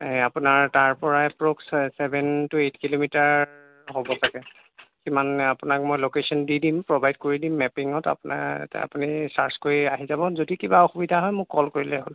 এই আপোনাৰ তাৰপৰা ছেভেন টু এইট কিলোমিটাৰ হ'ব চাগৈ কিমান আপোনাক মই লকেচন দি দিম প্ৰভাইড কৰি দিম মেপিঙত আপোনাৰ আপুনি চাৰ্জ কৰি আহি যাব যদি কিবা অসুবিধা হয় মোক কল কৰিলেই হ'ল